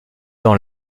dans